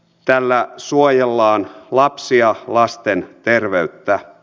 tällä suojellaan lapsia lasten terveyttä